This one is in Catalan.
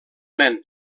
nen